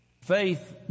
Faith